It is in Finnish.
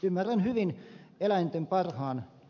ymmärrän hyvin eläinten parhaan